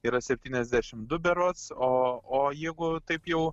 yra septyniasdešimt du berods o o jeigu taip jau